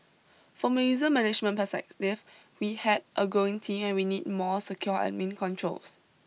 from a user management perspective we had a growing team and we needed more secure admin controls